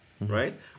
Right